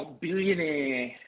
billionaire